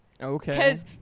Okay